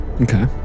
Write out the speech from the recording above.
Okay